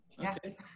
Okay